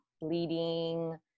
bleeding